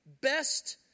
Best